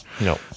no